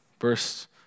verse